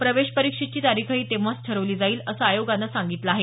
प्रवेश परीक्षेची तारीखही तेव्हाच ठरवली जाईल असं आयोगानं सांगितलं आहे